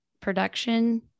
production